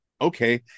okay